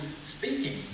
speaking